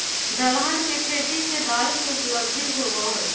दलहन के खेती से दाल के उपलब्धि होबा हई